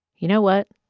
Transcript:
you know what?